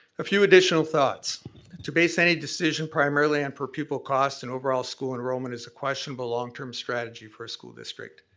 a few additional thoughts to base any decision primarily on per people cost on and overall school enrollment is a questionable longterm strategy for a school district.